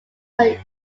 were